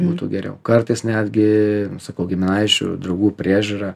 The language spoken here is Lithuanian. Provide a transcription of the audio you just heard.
būtų geriau kartais netgi sakau giminaičių draugų priežiūra